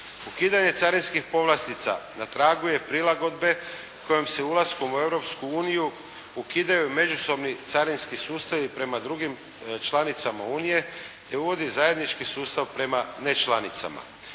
Ukidanjem carinskih povlastica na tragu je prilagodbe kojom se ulaskom u Europsku uniju ukidaju međusobni carinski sustavi prema drugim članicama Unije, te uvodi zajednički sustav prema nečlanicama.